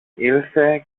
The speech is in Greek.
ήλθε